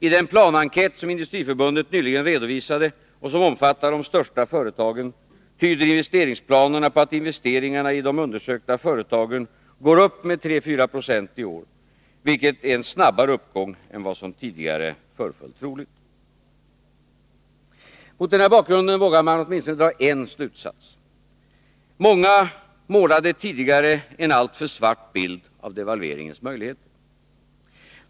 I den planenkät, som Industriförbundet nyligen redovisade och som omfattar de största företagen, tyder investeringsplaner na på att investeringarna i de undersökta företagen går upp med 3-4 9; i år, vilket är en snabbare uppgång än vad som tidigare föreföll troligt. Mot denna bakgrund vågar man dra åtminstone en slutsats: många målade tidigare en alltför svart bild av devalveringens möjligheter.